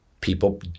people